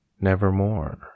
nevermore